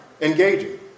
Engaging